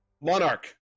Monarch